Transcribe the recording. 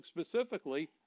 specifically